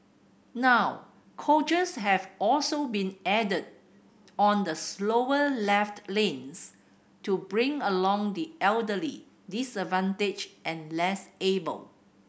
now coaches have also been added on the slower left lanes to bring along the elderly disadvantaged and less able